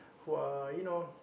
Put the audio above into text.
who are you know